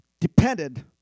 Depended